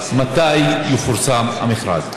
3. מתי יפורסם המכרז?